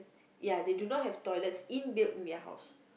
ya they do not have toilets in built in their house